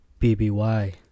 BBY